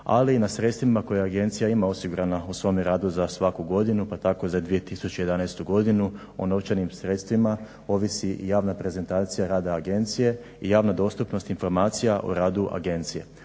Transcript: ali i na sredstvima koja agencija ima osigurana u svome radu za svaku godinu. Pa tako za 2011. godinu o novčanim sredstvima ovisi i javna prezentacija rada agencija i javna dostupnost informacija o radu agencije.